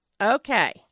Okay